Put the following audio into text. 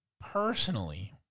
personally